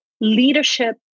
leadership